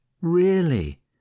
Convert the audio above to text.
really